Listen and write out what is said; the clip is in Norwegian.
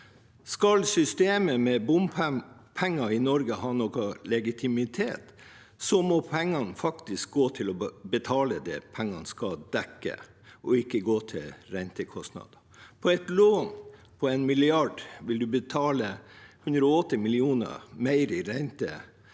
Skal systemet med bompenger i Norge har noen legitimitet, må pengene faktisk gå til å betale det pengene skal dekke, og ikke gå til rentekostnader. På et lån på 1 mrd. kr vil man betale 180 millioner mer i rente